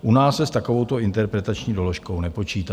U nás se s takovouto interpretační doložkou nepočítá.